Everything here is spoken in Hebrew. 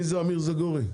אמיר זגורי,